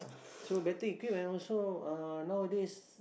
so better equipped and also uh nowadays